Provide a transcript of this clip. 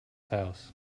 house